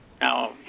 Now